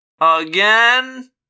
Again